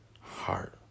heart